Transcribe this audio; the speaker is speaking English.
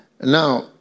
Now